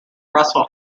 russell